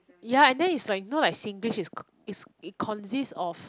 ya and then is like you know like singlish is is it consists of